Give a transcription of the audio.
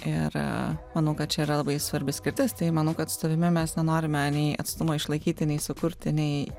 ir manau kad čia yra labai svarbi skirtis tai manau kad su tavimi mes nenorime nei atstumo išlaikyti nei sukurti nei